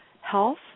health